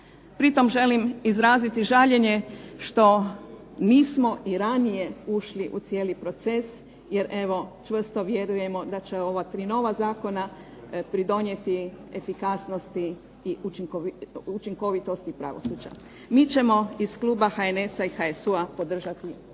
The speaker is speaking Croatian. Pri tome želim izraziti žaljenje što nismo i ranije ušli u cijelu proces, jer čvrsto vjerujemo da će ova nova tri Zakona doprinijeti efikasnosti i učinkovitosti pravosuđa. MI ćemo iz Kluba HNS HSU-a podržati